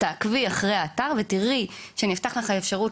תעקבי אחרי האתר ותראי שנפתחת לך האפשרות